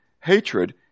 hatred